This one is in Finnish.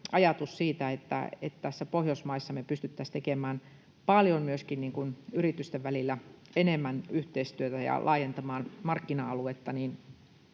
ajatus siitä, että Pohjoismaissa me pystyttäisiin tekemään paljon enemmän myöskin yritysten välillä yhteistyötä ja laajentamaan markkina-aluetta,